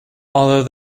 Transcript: although